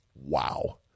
Wow